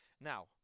Now